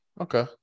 Okay